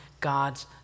God's